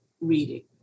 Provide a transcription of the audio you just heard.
reading